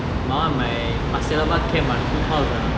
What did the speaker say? my [one] my pasir laba camp ah the cookhouse ah